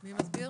מי מסביר?